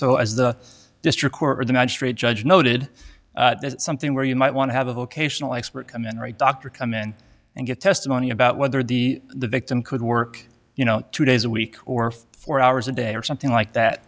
or the magistrate judge noted something where you might want to have a vocational expert and then right doctor come in and get testimony about whether the the victim could work you know two days a week or four hours a day or something like that